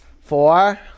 Four